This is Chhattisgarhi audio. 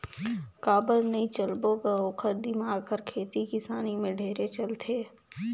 काबर नई चलबो ग ओखर दिमाक हर खेती किसानी में ढेरे चलथे